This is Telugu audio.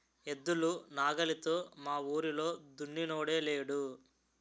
ఎద్దులు నాగలితో మావూరిలో దున్నినోడే లేడు